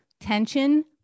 tension